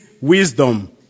wisdom